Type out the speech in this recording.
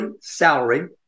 salary